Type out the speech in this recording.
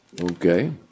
Okay